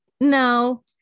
No